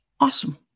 awesome